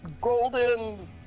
golden